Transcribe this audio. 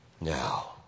Now